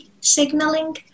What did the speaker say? signaling